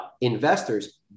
Investors